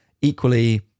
Equally